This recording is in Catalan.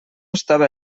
estava